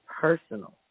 personal